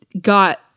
got